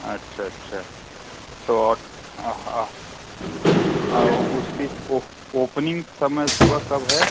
अच्छा अच्छा तो और उसकी ओपनिंग समय सुबह कब है